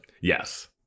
Yes